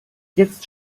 jetzt